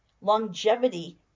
Longevity